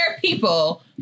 people